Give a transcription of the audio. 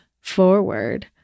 forward